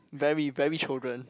very very children